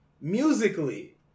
Musically